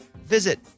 visit